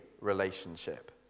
relationship